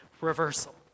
reversal